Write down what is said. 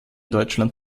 deutschland